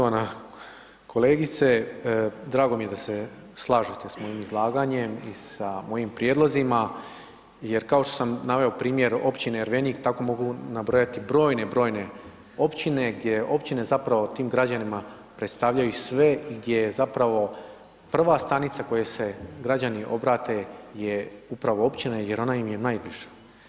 Poštovana kolegice, drago mi je da se slažete s mojim izlaganjem i sa mojim prijedlozima jer kao što san naveo primjer općine Jervenik, tako mogu nabrojati brojne, brojne općine gdje općine zapravo tim građanima predstavlja sve gdje zapravo prva stanica kojoj se građani obrate je upravo općina jer ona im je najbliža.